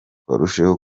barusheho